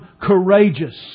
courageous